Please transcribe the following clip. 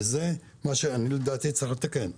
ואת זה, לדעתי, צריך לתקן.